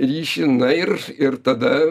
ryšį na ir ir tada